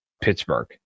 Pittsburgh